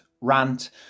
rant